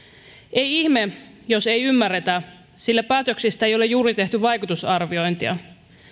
ei ihme jos ei ymmärretä sillä päätöksistä ei ole juuri tehty vaikutusarviointia